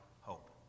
hope